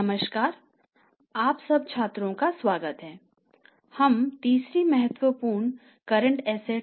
नमस्कारआप सब छात्रों का स्वागत है हम तीसरी महत्वपूर्ण कर्रेंट एसेट